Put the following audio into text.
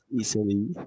easily